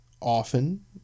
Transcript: Often